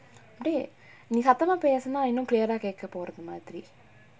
deh நீ சத்தமா பேசுனா இன்னும்:nee saththamaa paesunaa innum clear ah கேக்க போறது மாதிரி:kaekka porathu mathiri